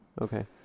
Okay